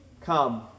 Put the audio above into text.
Come